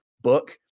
book